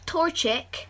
Torchic